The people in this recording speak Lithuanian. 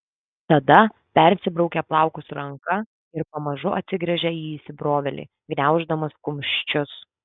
tada persibraukia plaukus ranka ir pamažu atsigręžia į įsibrovėlį gniauždamas kumščius